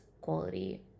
quality